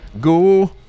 go